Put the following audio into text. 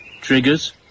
Trigger's